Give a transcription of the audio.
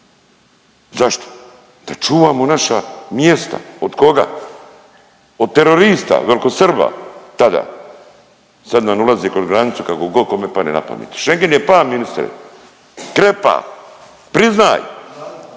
Zašto? Da čuvamo naša mjesta. Od koga? Od terorista, velikosrba tada. Sad nam ulaze kroz granicu kako god kome padne na pamet. Schengen je pa ministre. Krepa. Priznaj.